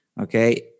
Okay